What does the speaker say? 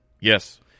Yes